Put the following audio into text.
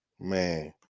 Man